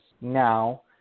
Now